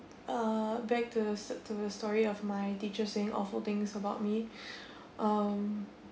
uh back to to the story of my teacher saying awful things about me um